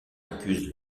accuse